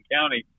County